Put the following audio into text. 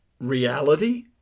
reality